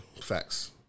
facts